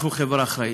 אנחנו חברה אחראית.